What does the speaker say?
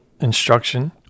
instruction